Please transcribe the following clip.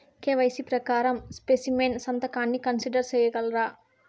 KYC ప్రకారం specimen సంతకాన్ని consider సేయగలరా?